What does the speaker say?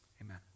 Amen